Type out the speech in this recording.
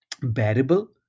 bearable